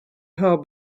her